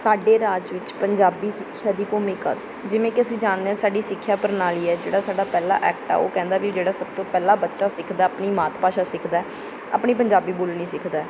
ਸਾਡੇ ਰਾਜ ਵਿੱਚ ਪੰਜਾਬੀ ਸਿੱਖਿਆ ਦੀ ਭੂਮਿਕਾ ਜਿਵੇਂ ਕਿ ਅਸੀਂ ਜਾਣਦੇ ਹਾਂ ਸਾਡੀ ਸਿੱਖਿਆ ਪ੍ਰਣਾਲੀ ਹੈ ਜਿਹੜਾ ਸਾਡਾ ਪਹਿਲਾ ਐਕਟ ਆ ਉਹ ਕਹਿੰਦਾ ਵੀ ਜਿਹੜਾ ਸਭ ਤੋਂ ਪਹਿਲਾਂ ਬੱਚਾ ਉਹ ਸਿੱਖਦਾ ਆਪਣੀ ਮਾਤ ਭਾਸ਼ਾ ਸਿੱਖਦਾ ਆਪਣੀ ਪੰਜਾਬੀ ਬੋਲਣੀ ਸਿੱਖਦਾ